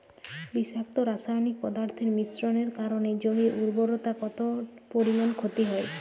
বিষাক্ত রাসায়নিক পদার্থের মিশ্রণের কারণে জমির উর্বরতা কত পরিমাণ ক্ষতি হয়?